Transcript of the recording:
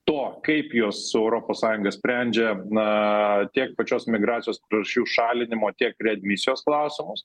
to kaip jos su europos sąjunga sprendžia na tiek pačios migracijos priežasčių šalinimo tiek readmisijos klausimus